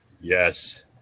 Yes